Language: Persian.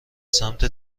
سمت